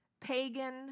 pagan